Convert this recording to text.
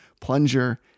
plunger